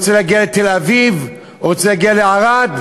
רוצה להגיע לתל-אביב, רוצה להגיע לערד.